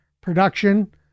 production